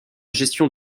gestion